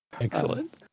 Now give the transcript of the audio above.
excellent